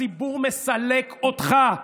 הציבור מסלק אותך.